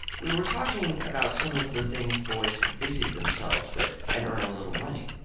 we were talking about some of the things boys could busy themselves with and earn a little money.